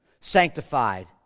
sanctified